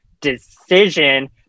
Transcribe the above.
decision